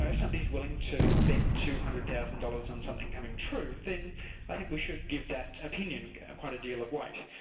somebody's willing to bet two hundred thousand dollars on something coming true, then i think we should give that opinion quite a deal of weight.